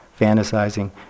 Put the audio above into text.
fantasizing